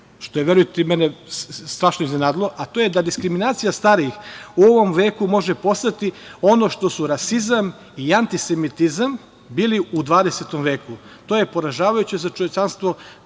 što je, verujte, i mene strašno iznenadilo, a to je da diskriminacija starijih u ovom veku može postati ono što su rasizam i antisemitizam bili u 20. veku. To je poražavajuće za čovečanstvo